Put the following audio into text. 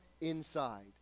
inside